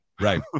right